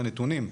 מהנתונים,